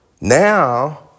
Now